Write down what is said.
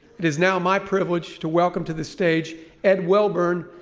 it is now my privilege to welcome to the stage ed welburn,